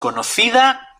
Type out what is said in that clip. conocida